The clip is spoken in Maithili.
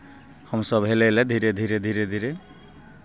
हमसभ हेलय लए धीरे धीरे धीरे धीरे